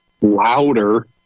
louder